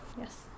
Yes